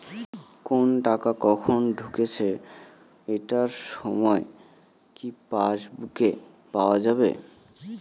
কোনো টাকা কখন ঢুকেছে এটার সময় কি পাসবুকে পাওয়া যাবে?